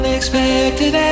Unexpected